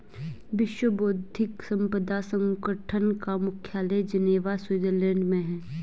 विश्व बौद्धिक संपदा संगठन का मुख्यालय जिनेवा स्विट्जरलैंड में है